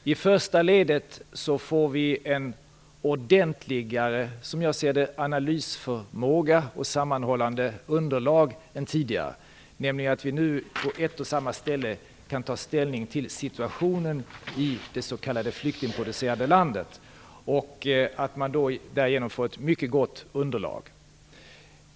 För det första får vi som jag ser det en ordentligare analysförmåga och ett mer sammanhållet underlag än tidigare genom att vi nu på ett och samma ställe kan ta ställning till situationen i det s.k. flyktingproducerande landet. Därigenom får man ett mycket gott underlag.